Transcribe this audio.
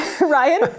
Ryan